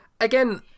Again